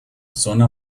zona